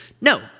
No